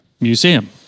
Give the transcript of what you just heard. Museum